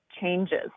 changes